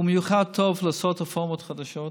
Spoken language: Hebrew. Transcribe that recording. הוא במיוחד טוב בלעשות רפורמות חדשות,